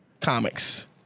comics